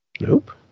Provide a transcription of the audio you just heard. Nope